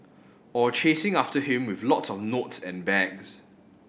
or chasing after him with lot of note and bags